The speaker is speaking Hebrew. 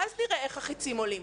ואז נראה איך החיצים עולים.